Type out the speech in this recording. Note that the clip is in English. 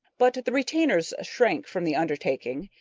but the retainers shrank from the undertaking,